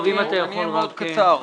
אני אהיה מאוד קצר.